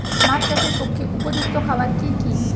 মাছ চাষের পক্ষে উপযুক্ত খাবার কি কি?